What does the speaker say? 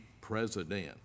president